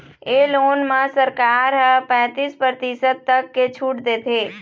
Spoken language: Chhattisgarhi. ए लोन म सरकार ह पैतीस परतिसत तक के छूट देथे